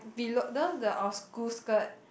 below the the our school skirt